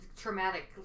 Traumatic